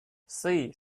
see